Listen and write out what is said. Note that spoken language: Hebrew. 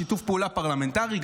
שיתוף פעולה פרלמנטרי,